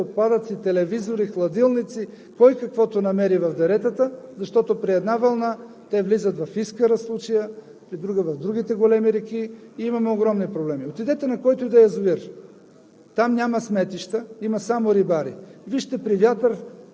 да направим уведомителна кампания хората да не си изхвърлят отпадъци, телевизори, хладилници, кой каквото намери в деретата, защото при една вълна те влизат в Искъра – в случая в другите големи реки, и имаме огромни проблеми. Отидете на който и да е язовир